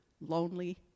lonely